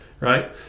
Right